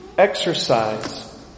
exercise